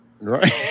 Right